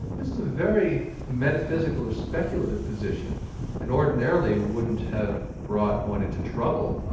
this is a very metaphysical or speculative position and ordinarily wouldn't have brought one into trouble.